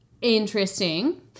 interesting